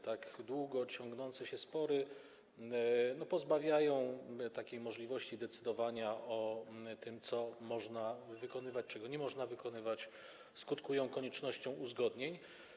Tak długo ciągnące się spory pozbawiają możliwości decydowania o tym, co można wykonywać, czego nie można wykonywać, skutkują koniecznością uzgodnień.